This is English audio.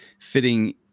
fitting